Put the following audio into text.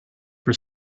for